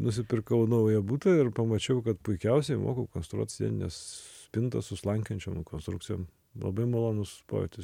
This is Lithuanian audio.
nusipirkau naują butą ir pamačiau kad puikiausiai moku konstruot sienines spintas su slankiojančiom konstrukcijom labai malonus pojūtis